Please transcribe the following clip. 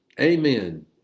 Amen